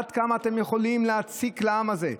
עד כמה אתם יכולים להציק לעם הזה?